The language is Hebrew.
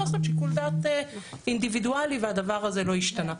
להיות שיקול דעת אינדיבידואלי והדבר הזה לא השתנה.